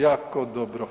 Jako dobro.